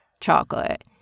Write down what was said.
chocolate